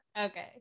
Okay